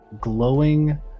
glowing